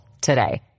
today